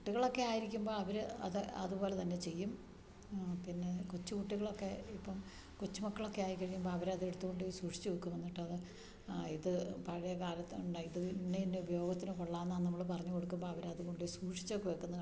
കുട്ടികളൊക്കെ ആയിരിക്കുമ്പോൾ അവർ അത് അതുപോലെ തന്നെ ചെയ്യും പിന്നെ കൊച്ചു കുട്ടികളൊക്കെ ഇപ്പം കൊച്ചുമക്കളൊക്കെ ആയിക്കഴിയുമ്പം അവർ അത് എടുത്തോണ്ട് പോയി സൂക്ഷിച്ച് വെക്കും എന്നിട്ടത് ആ ഇത് പഴയ കാലത്തൊണ്ട ഇത് ഇന്ന ഇന്ന ഉപയോഗത്തിന് കൊള്ളാന്നാ നമ്മൾ പറഞ്ഞ് കൊടുക്കുമ്പം അവർ അത് കൊണ്ട് സൂക്ഷിച്ചൊക്കെ വെക്കുന്നത് കണ്ടിട്ടുണ്ട്